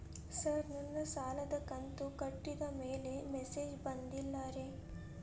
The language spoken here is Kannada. ಸರ್ ನನ್ನ ಸಾಲದ ಕಂತು ಕಟ್ಟಿದಮೇಲೆ ಮೆಸೇಜ್ ಬಂದಿಲ್ಲ ರೇ